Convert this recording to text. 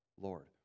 Lord